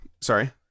sorry